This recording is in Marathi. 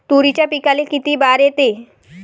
तुरीच्या पिकाले किती बार येते?